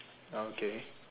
ah okay